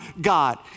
God